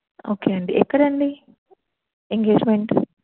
okay అండి ఎక్కడండి engagement